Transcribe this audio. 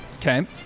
Okay